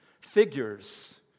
figures